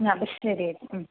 ആ അപ്പോ ശരി ചേച്ചി